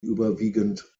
überwiegend